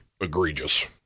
egregious